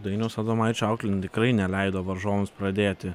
dainiaus adomaičio auklėtiniai tikrai neleido varžovams pradėti